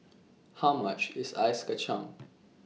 How much IS Ice Kacang